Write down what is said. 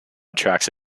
attracts